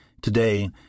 Today